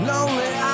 Lonely